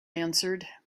answered